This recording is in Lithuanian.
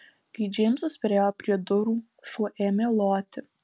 kai džeimsas priėjo prie durų šuo ėmė loti